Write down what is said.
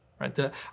right